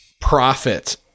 profit